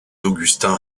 augustins